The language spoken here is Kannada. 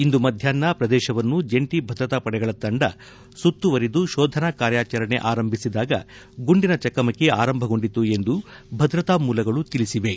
ಇಂದು ಮಧ್ಯಾಪ್ನ ಪ್ರದೇಶವನ್ನು ಜಂಟಿ ಭದ್ರತಾ ಪಡೆಗಳ ತಂಡ ಸುತ್ತುವರೆದು ಶೋಧನಾ ಕಾರ್ಯಾಚರಣೆ ಆರಂಭಿಸಿದಾಗ ಗುಂಡಿನ ಚಕಮಕಿ ಆರಂಭಗೊಂಡಿತು ಎಂದು ಭದ್ರತಾ ಮೂಲಗಳು ತಿಳಿಸಿವೆ